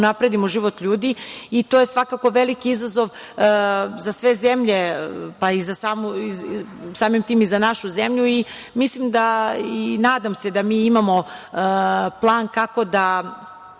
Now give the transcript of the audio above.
unapredimo život ljudi i to je svakako veliki izazov za sve zemlje, pa samim tim i za našu zemlju. Mislim da i nadam se da mi imamo plan kako da